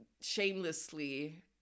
shamelessly